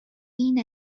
این